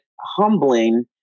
humbling